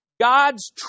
God's